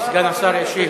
סגן השר ישיב.